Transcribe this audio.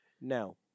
Now